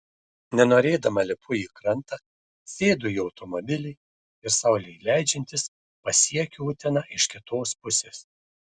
nenorėdama lipu į krantą sėdu į automobilį ir saulei leidžiantis pasiekiu uteną iš kitos pusės